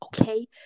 okay